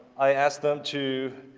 i asked them to,